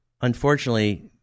unfortunately